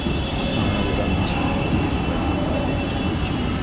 आंवला vitamin C के सर्वोत्तम प्राकृतिक स्रोत छियै